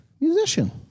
musician